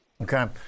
Okay